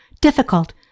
difficult